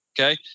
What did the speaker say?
okay